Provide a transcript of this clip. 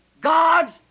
God's